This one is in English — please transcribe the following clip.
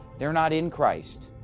they are not in christ.